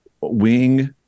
wing